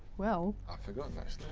well? i've forgotten